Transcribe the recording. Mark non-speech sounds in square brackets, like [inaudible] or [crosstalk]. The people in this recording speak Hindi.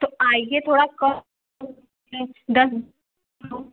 तो आइए थोड़ा कम नहीं दस [unintelligible]